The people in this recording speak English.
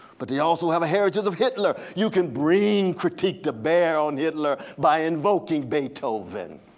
but they also have heritage of hitler. you can bring critique to bear on hitler by invoking beethoven.